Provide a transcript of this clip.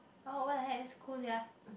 oh what the heck is cool sia